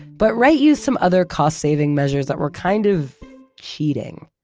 but wright used some other cost-saving measures that were kind of cheating.